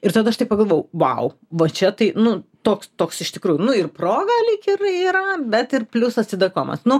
ir tada aš taip pagalvojau vau va čia tai nu toks toks iš tikrųjų nu ir proga lyg ir yra bet ir plius atsidėkojimas nu